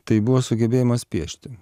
tai buvo sugebėjimas piešti